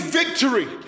victory